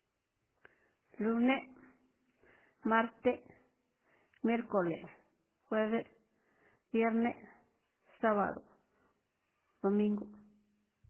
Lune', marte', miercole, jueve', vierne', sábado, domingo.